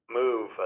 move